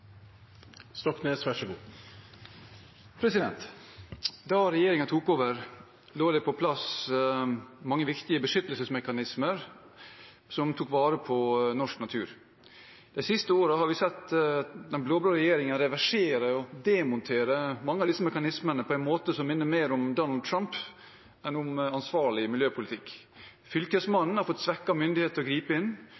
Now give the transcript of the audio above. Da regjeringen tok over, lå det på plass mange viktige beskyttelsesmekanismer som tok vare på norsk natur. De siste årene har vi sett den blå-blå regjeringen reversere og demontere mange av disse mekanismene på en måte som minner mer om Donald Trump enn om ansvarlig miljøpolitikk.